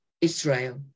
Israel